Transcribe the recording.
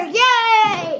yay